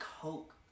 Coke